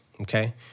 okay